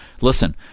listen